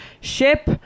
Ship